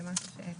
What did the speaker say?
זה משהו בעייתי.